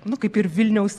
nu kaip ir vilniaus